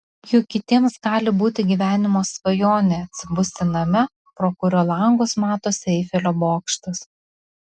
juk kitiems gali būti gyvenimo svajonė atsibusti name pro kurio langus matosi eifelio bokštas